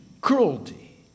cruelty